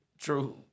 true